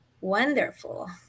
Wonderful